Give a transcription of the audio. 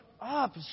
up